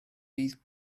bydd